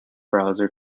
browser